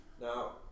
now